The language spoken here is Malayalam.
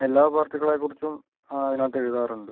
എല്ലാ പാർട്ടികളെക്കുറിച്ചും അതിനകത്ത് എഴുതാറുണ്ട്